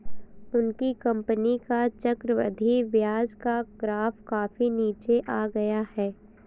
उनकी कंपनी का चक्रवृद्धि ब्याज का ग्राफ काफी नीचे आ गया है